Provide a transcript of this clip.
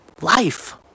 life